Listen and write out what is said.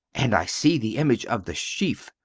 and i see the image of the chef.